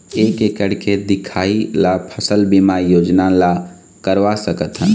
एक एकड़ के दिखाही ला फसल बीमा योजना ला करवा सकथन?